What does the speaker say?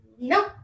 No